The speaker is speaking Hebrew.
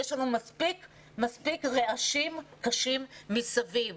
יש לנו מספיק רעשים קשים מסביב.